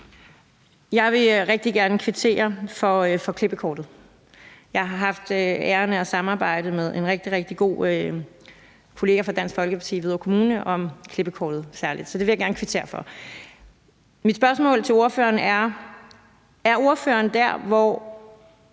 Jeg vil rigtig gerne kvittere for klippekortet. Jeg har haft æren af at samarbejde med en rigtig, rigtig god kollega fra Dansk Folkeparti i Hvidovre Kommune om særlig klippekortet. Så det vil jeg gerne kvittere for. Mit spørgsmål til ordføreren er: Er ordføreren dér, hvor